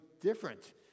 different